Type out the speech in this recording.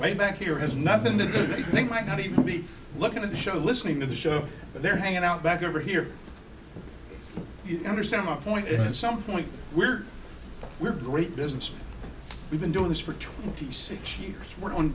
my back here has nothing to do they think might not even be looking at the show listening to the show that they're hanging out back over here you understand my point in some point we're we're great business we've been doing this for twenty six years